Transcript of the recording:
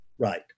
Right